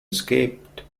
escaped